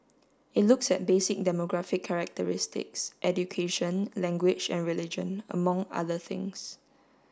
it looks at basic demographic characteristics education language and religion among other things